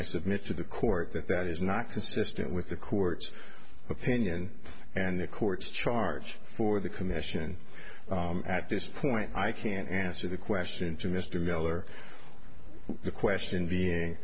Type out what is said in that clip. i submit to the court that that is not consistent with the court's opinion and the court's charge for the commission at this point i can't answer the question to mr geller the question being